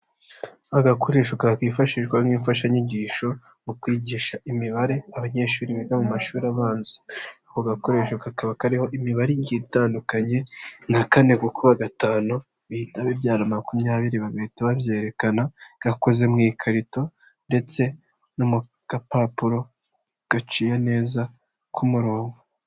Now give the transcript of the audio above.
Agakoresho kakifashishwa nk'imfashanyigisho mu kwigisha imibare abanyeshuri biga mu mashuri, ako gakoresho kakaba kariho imibare igiye itandukanye, nka kane gukuba gatanu bihita bibyara makumyabiri bagahita babyerekana, gakoze mu ikarito ndetse no mu gapapuro gaciye neza k'umurongo.